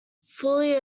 fully